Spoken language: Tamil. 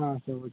ஆ சரி ஓகே